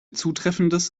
zutreffendes